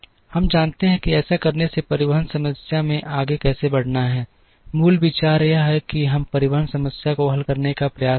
हम जानते हैं कि ऐसा करने से परिवहन समस्या में आगे कैसे बढ़ना है मूल विचार यह है कि हम परिवहन समस्या को हल करने का प्रयास करें